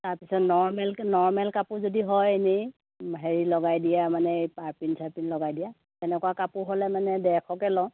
তাৰ পিছত নৰ্মেলকে নৰ্মেল কাপোৰ যদি হয় ইনেই হেৰি লগাই দিয়া মানে পাৰ্পিন চাৰ্পিন লগাই দিয়া তেনেকুৱা কাপোৰ হ'লে মানে ডেৰশকৈ লওঁ